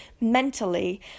mentally